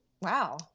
Wow